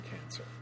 cancer